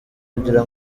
kugira